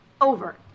over